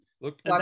Look